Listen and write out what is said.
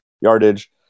yardage